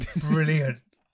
Brilliant